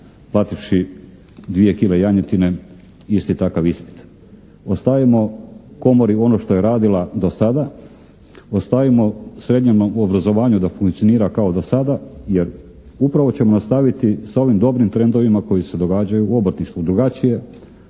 plativši 2 kile janjetine isti takav ispit. Ostvarimo Komori ono što je radila do sada, ostavimo srednjemu obrazovanju da funkcionira kao do sada jer upravo ćemo nastaviti sa ovim dobrim trendovima koji se događaju u obrtništvu